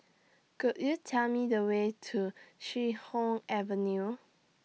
Could YOU Tell Me The Way to Chee Hoon Avenue